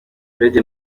radio